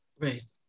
Right